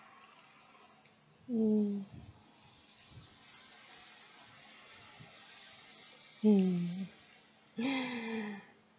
mm mm